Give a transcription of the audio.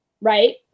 Right